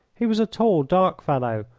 he was a tall, dark fellow,